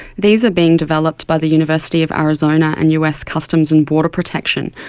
these are being developed by the university of arizona and us customs and border protection.